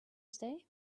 stay